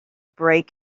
break